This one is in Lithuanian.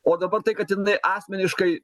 o dabar tai kad jinai asmeniškai